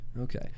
Okay